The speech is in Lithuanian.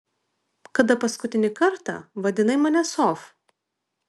kada paskutinį kartą vadinai mane sof